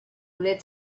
lit